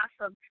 awesome